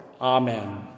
amen